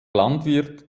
landwirt